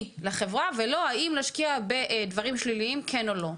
לחברה ולא האם להשקיע בדברים שליליים כן או לא.